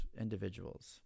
individuals